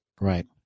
right